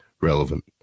relevant